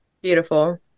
Beautiful